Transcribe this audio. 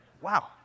Wow